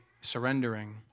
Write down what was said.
surrendering